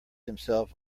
himself